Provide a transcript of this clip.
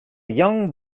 young